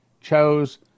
chose